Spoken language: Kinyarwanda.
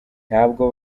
ntabwo